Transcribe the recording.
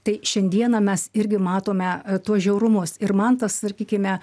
tai šiandieną mes irgi matome tuos žiaurumus ir man tas sakykime